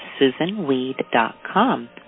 susanweed.com